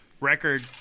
record